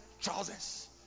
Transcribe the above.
trousers